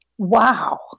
Wow